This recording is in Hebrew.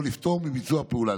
או לפטור מביצוע פעולה.